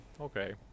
okay